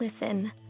Listen